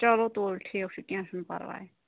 چلو تُل ٹھیٖک چھُ کیٚنٛہہ چھُنہٕ پَرواے